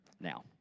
Now